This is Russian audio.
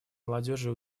молодежи